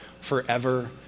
forever